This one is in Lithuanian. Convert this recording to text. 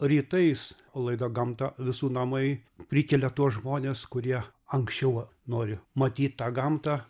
rytais laida gamta visų namai prikelia tuos žmones kurie anksčiau nori matyt tą gamtą